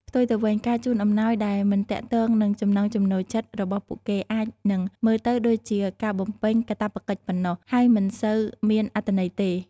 ផ្ទុយទៅវិញ ការជូនអំណោយដែលមិនទាក់ទងនឹងចំណង់ចំណូលចិត្តរបស់ពួកគេ អាចនឹងមើលទៅដូចជាការបំពេញកាតព្វកិច្ចប៉ុណ្ណោះ ហើយមិនសូវមានអត្ថន័យទេ។